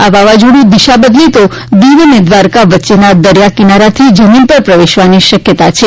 આ વાવાઝોડું દિશા બદલે તો દિવ અને દ્વારકા વચ્ચેના દરિયા કિનારાથી જમીન પર પ્રવેશવાની શક્યતા છે